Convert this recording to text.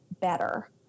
better